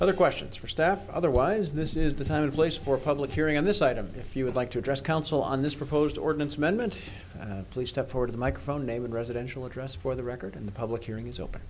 other questions for staff otherwise this is the time and place for public hearing on this site and if you would like to address council on this proposed ordinance amendment please step toward the microphone in a residential address for the record in the public hearing is open